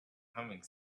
humming